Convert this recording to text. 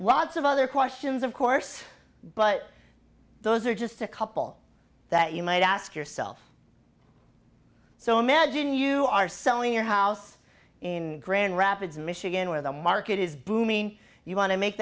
lots of other questions of course but those are just a couple that you might ask yourself so imagine you are selling your house in grand rapids michigan where the market is booming you want to make